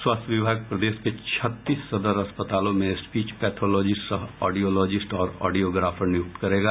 स्वास्थ्य विभाग प्रदेश के छत्तीस सदर अस्पतालों में स्पीच पैथोलॉजिस्ट सह ऑडियोलॉजिस्ट और ऑडियोग्राफर नियुक्त करेगा